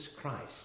Christ